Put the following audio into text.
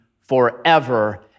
forever